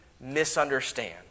misunderstand